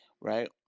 right